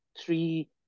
three